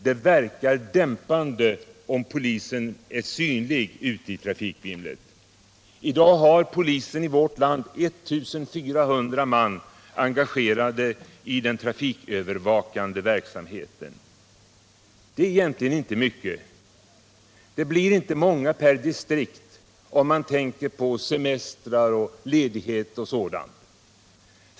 Att polisen är synlig ute i trafikvimlet verkar dämpande. I dag har polisen i vårt land 1400 man engagerade i den trafikövervakande verksamheten. Det är egentligen inte mycket. Det blir inte många per distrikt, om man tänker på semestrar och ledigheter.